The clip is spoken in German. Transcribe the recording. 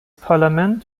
parlament